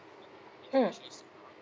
mm